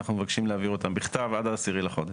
אנחנו מבקשים להעביר אותן בכתב עד ה-10 לחודש.